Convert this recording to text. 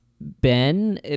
Ben